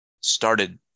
started